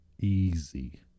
easy